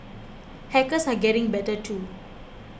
hackers are getting better too